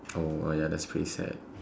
oh ya that's pretty sad